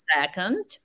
second